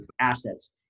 assets